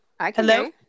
hello